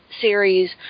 series